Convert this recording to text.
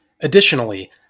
Additionally